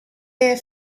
air